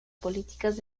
políticas